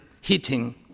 heating